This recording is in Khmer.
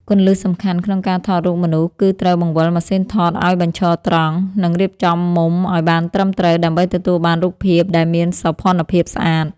គន្លឹះសំខាន់ក្នុងការថតរូបមនុស្សគឺត្រូវបង្វិលម៉ាស៊ីនថតឱ្យបញ្ឈរត្រង់ និង រៀបចំមុំឱ្យបានត្រឹមត្រូវដើម្បីទទួលបានរូបភាពដែលមានសោភ័ណភាពស្អាត។